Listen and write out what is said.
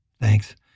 Thanks